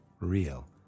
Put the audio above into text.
real